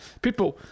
Pitbull